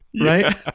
right